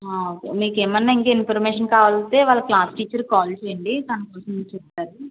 okay మీకేమన్నా ఇంకా information కావాలంటే వాళ్ళ క్లాస్ టీచర్కి కాల్ చేయండి తను ప్రొసీజర్ చెప్తుంది